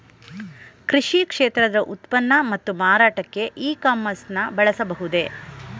ಕೃಷಿ ಕ್ಷೇತ್ರದ ಉತ್ಪನ್ನ ಮತ್ತು ಮಾರಾಟಕ್ಕೆ ಇ ಕಾಮರ್ಸ್ ನ ಬಳಸಬಹುದೇ?